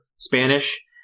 Spanish